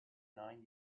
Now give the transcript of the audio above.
nine